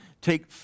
take